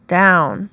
down